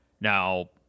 Now